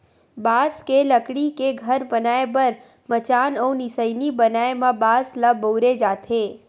बांस के लकड़ी के घर बनाए बर मचान अउ निसइनी बनाए म बांस ल बउरे जाथे